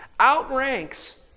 outranks